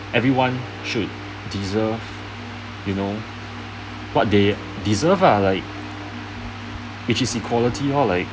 everyone should deserve you know what they deserve lah like which is equality lor like